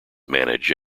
manage